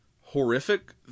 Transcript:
horrific